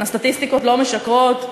הסטטיסטיקות לא משקרות.